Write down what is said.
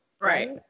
Right